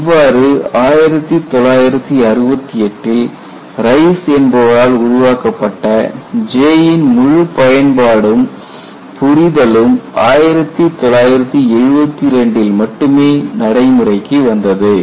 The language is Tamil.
இவ்வாறு 1968 ல் ரைஸ் என்பவரால் உருவாக்கப்பட்ட J ன் முழு பயன்பாடும் புரிதலும் 1972 ல் மட்டுமே நடைமுறைக்கு வந்தது